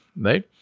right